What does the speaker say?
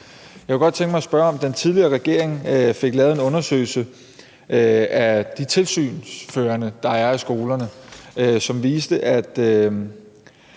Jeg kunne godt tænke mig at spørge, om den tidligere regering fik lavet en undersøgelse af de tilsynsførende, der er, af skolerne. Det viste